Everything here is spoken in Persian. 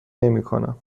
نمیکنم